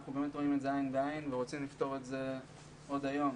אנחנו באמת רואים את זה עין בעין ורוצים לפתור את זה עוד היום.